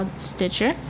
Stitcher